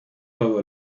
todo